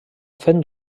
fent